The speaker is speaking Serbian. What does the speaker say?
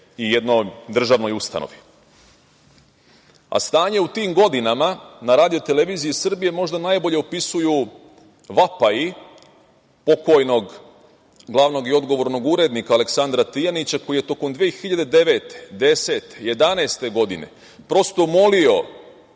i jednoj državnoj ustanovi, a stanje u tim godinama na RTS možda najbolje opisuju vapaji pokojnog glavnog i odgovornog urednika, Aleksandra Tijanića, koji je tokom 2009, 2010. i 2011. godine prosto molio